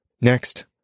Next